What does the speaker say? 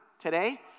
today